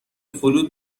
فلوت